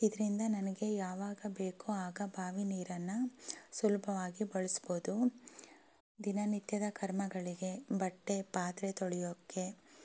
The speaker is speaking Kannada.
ಇದರಿಂದ ನನಗೆ ಯಾವಾಗ ಬೇಕೋ ಆಗ ಬಾವಿ ನೀರನ್ನು ಸುಲಭವಾಗಿ ಬಳಸ್ಬೌದು ದಿನನಿತ್ಯದ ಕರ್ಮಗಳಿಗೆ ಬಟ್ಟೆ ಪಾತ್ರೆ ತೊಳೆಯೋಕ್ಕೆ